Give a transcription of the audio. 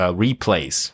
replays